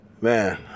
man